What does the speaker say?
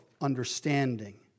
understanding